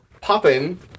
popping